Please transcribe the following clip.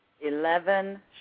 Eleven